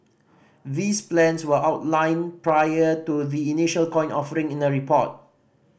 these plans were outlined prior to the initial coin offering in a report